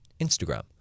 Instagram